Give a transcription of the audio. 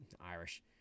Irish